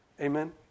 Amen